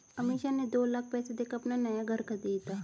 अमीषा ने दो लाख पैसे देकर अपना नया घर खरीदा